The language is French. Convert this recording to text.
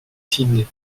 sydney